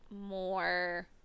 more